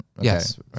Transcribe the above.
yes